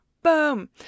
Boom